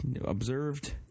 observed